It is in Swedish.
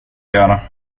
göra